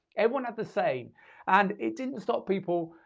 everyone had the same and it didn't stop people,